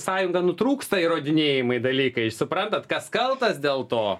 sąjunga nutrūksta įrodinėjimai dalykai suprantat kas kaltas dėl to